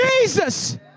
Jesus